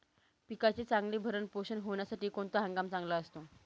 पिकाचे चांगले भरण पोषण होण्यासाठी कोणता हंगाम चांगला असतो?